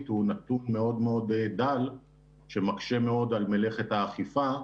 הוא נתון מאוד מאוד דל שמקשה מאוד על מלאכת האכיפה.